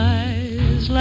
eyes